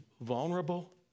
vulnerable